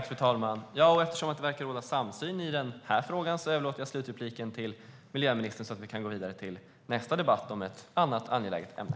Fru talman! Eftersom det verkar råda samsyn i denna fråga överlåter jag slutinlägget till miljöministern. Vi kan sedan gå vidare till nästa debatt om ett annat angeläget ämne.